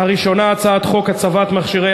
ההצעה הראשונה היא הצעת חוק הצבת מכשירי